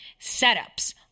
setups